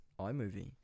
iMovie